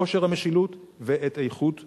את כושר המשילות ואת איכות השלטון.